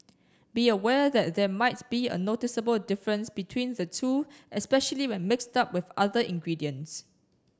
be aware that there might be a noticeable difference between the two especially when mixed up with other ingredients